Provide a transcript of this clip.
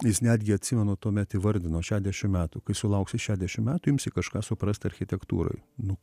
jis netgi atsimenu tuomet įvardino šešdešim metų kai sulauksi šešdešim metų imsi kažką suprast architektūroj nu